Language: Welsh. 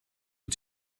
wyt